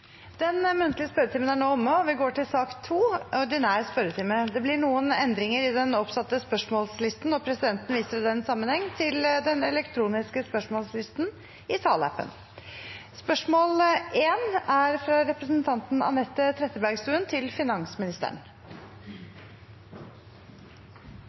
Den muntlige spørretimen er nå omme. Det blir noen endringer i den oppsatte spørsmålslisten, og presidenten viser i den sammenheng til den elektroniske spørsmålslisten i salappen. Endringene var som følger: Spørsmål 15, fra representanten Sigrid Simensen Ilsøy til